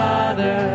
Father